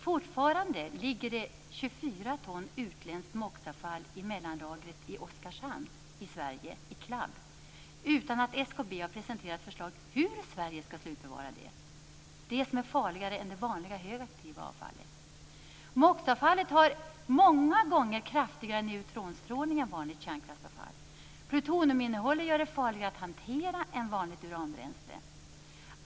Fortfarande ligger det 24 ton utländskt MOX-avfall i mellanlagret i Oskarshamn i Sverige, i CLAB, utan att SKB har presenterat förslag hur Sverige skall slutförvara detta som är farligare än det vanliga högaktiva avfallet. MOX-avfallet har många gånger kraftigare neutronstrålning än vanligt kärnkraftsavfall. Plutoniuminnehållet gör det farligare att hantera än vanligt uranbränsle.